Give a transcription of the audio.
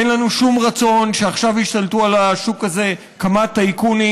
אין לנו שום רצון שעכשיו ישתלטו על השוק הזה כמה טייקונים.